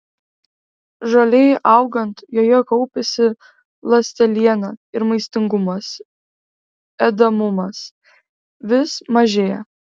žolei augant joje kaupiasi ląsteliena ir maistingumas ėdamumas vis mažėja